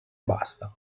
basta